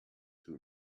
too